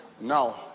now